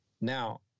Now